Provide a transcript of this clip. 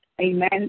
Amen